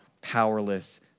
powerless